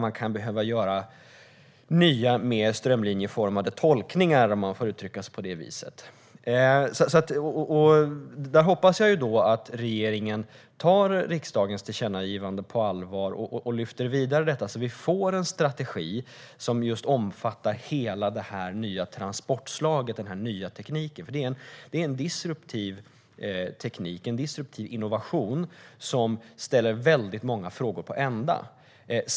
Man kan behöva göra nya, mer strömlinjeformade tolkningar - om jag får uttrycka det på det viset. Jag hoppas att regeringen tar riksdagens tillkännagivande på allvar och tar detta vidare, så att vi får en strategi som omfattar hela det här nya transportslaget, den här nya tekniken. Det är en disruptiv teknik, en disruptiv innovation som ställer mycket på ända.